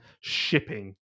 shipping